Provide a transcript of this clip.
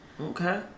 okay